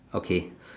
okay